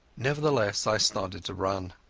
nevertheless i started to run.